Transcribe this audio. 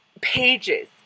pages